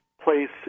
place